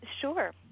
Sure